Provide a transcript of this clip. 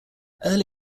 early